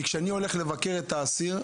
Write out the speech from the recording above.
כי כשאני הולך לבקר את האסיר,